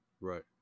Right